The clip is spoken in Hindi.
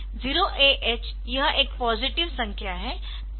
0AH यह एक पॉजिटिव संख्या है